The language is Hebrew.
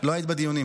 לא היית בדיונים.